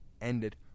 ended